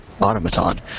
automaton